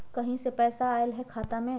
कहीं से पैसा आएल हैं खाता में?